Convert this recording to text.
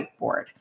whiteboard